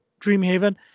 Dreamhaven